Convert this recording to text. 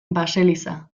baseliza